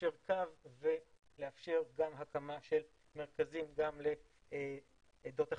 ליישר קו ולאפשר גם הקמה של מרכזים לעדות אחרות,